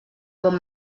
bon